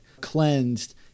cleansed